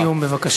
משפט סיום בבקשה.